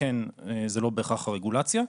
תקן זה לא בהכרח הרגולציה.